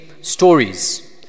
stories